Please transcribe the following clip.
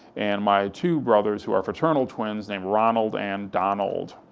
and my two brothers, who are fraternal twins named ronald and donald.